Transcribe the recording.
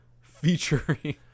featuring